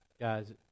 Guys